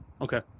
Okay